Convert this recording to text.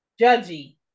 judgy